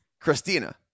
Christina